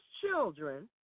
children